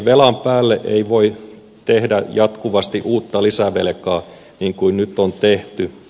velan päälle ei voi tehdä jatkuvasti uutta lisävelkaa niin kuin nyt on tehty